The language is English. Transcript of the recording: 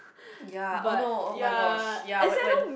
ya oh no oh-my-gosh ya when when